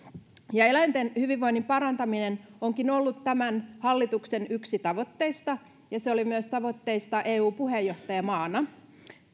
eläinten hyvinvoinnin parantaminen onkin ollut yksi tämän hallituksen tavoitteista ja se oli myös yksi tavoitteista eu puheenjohtajamaana